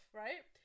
right